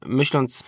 myśląc